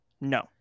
No